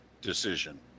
decision